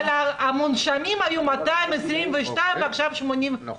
אבל המונשמים היו 222 ועכשיו 80. נכון.